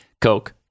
Coke